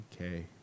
Okay